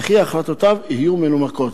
וכי החלטותיו יהיו מנומקות.